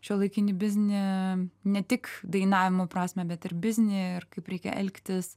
šiuolaikinį biznį ne tik dainavimo prasmę bet ir biznį ir kaip reikia elgtis